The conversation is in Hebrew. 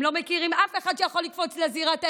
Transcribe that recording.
הם לא מכירים אף אחד שיכול לקפוץ לזירת האירוע,